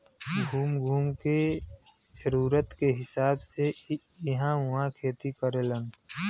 घूम घूम के जरूरत के हिसाब से इ इहां उहाँ खेती करेलन